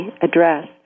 address